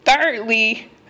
Thirdly